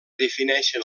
defineixen